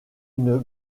une